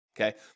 Okay